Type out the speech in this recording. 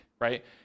right